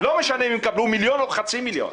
לא משנה אם הם יקבלו מיליון או חצי מיליון.